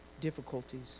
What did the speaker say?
difficulties